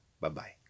Bye-bye